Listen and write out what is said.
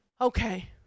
okay